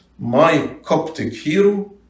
mycoptichero